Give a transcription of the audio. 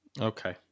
Okay